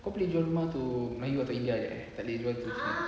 kalau boleh jual rumah to melayu atau india tak boleh jual to cina